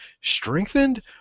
strengthened